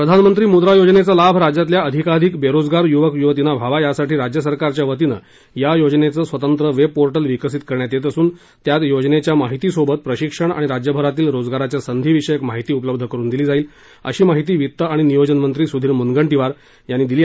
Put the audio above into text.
प्रधानमंत्री मुद्रा योजनेचा लाभ राज्यातील अधिकाधिक बेरोजगार युवक युवतींना व्हावा यासाठी राज्य सरकारच्या वतीने या योजनेचं स्वतंत्र वेबपोर्टल विकसित करण्यात येत असून यात योजनेच्या माहितीबरोबर प्रशिक्षण आणि राज्यभरातील रोजगाराच्या संधी विषयक माहिती उपलब्ध करून दिली जाईल अशी माहिती वित्त आणि नियोजन मंत्री सुधीर मुनगंटीवार यांनी दिली